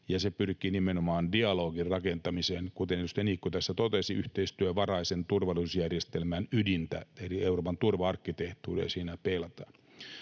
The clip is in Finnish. ja se pyrkii nimenomaan dialogin rakentamiseen, kuten edustaja Niikko tässä totesi. Yhteistyövaraisen turvallisuusjärjestelmän ydintä eli Euroopan turva-arkkitehtuuria siinä peilataan.